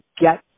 get